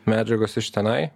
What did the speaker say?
medžiagos iš tenai